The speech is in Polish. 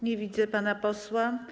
Nie widzę pana posła.